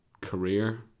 career